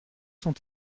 sont